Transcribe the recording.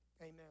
Amen